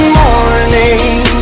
morning